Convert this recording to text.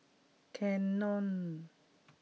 Canon